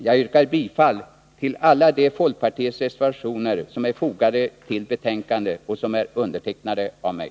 Jag yrkar bifall till alla de folkpartiets reservationer som är fogade till betänkandet och som är undertecknade av mig.